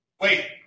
Wait